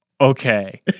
Okay